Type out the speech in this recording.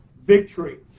Victory